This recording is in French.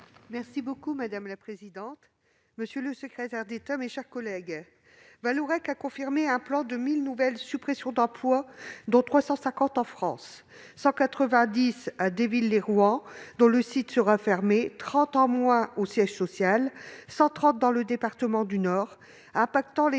de la relance. Madame la présidente, monsieur le secrétaire d'État, mes chers collègues, Vallourec a confirmé un plan de 1 000 nouvelles suppressions d'emplois dont 350 en France, 190 à Déville-lès-Rouen dont le site sera fermé, 30 au siège social et 130 dans le département du Nord, où l'avenir des